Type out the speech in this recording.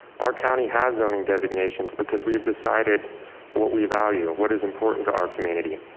our county has zoning designations because we've decided what we value, what is important to our community.